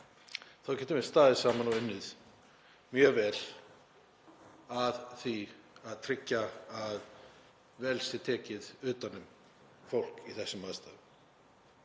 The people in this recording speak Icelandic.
þá getum við staðið saman og unnið mjög vel að því að tryggja að vel sé tekið utan um fólk í þessum aðstæðum.